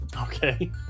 Okay